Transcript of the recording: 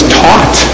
taught